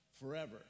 forever